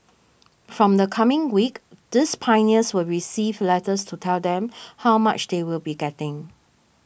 from the coming week these Pioneers will receive letters to tell them how much they will be getting